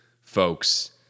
folks